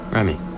Remy